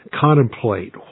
contemplate